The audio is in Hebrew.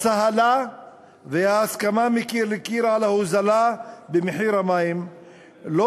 הצהלה וההסכמה מקיר לקיר על הוזלת מחיר המים לא